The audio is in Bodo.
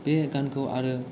बे गानखौ आरो